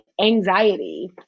anxiety